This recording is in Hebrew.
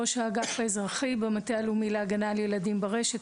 ראש האגף האזרחי במטה הלאומי להגנה על ילדים רשת,